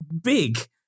big